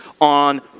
on